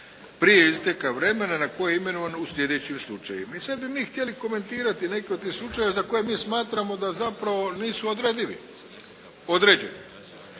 prije isteka vremena na koji je imenovan u sljedećim slučajevima. I sad bi mi htjeli komentirati neke od tih slučajeva za koje mi smatramo da zapravo nisu odredivi,